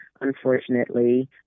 unfortunately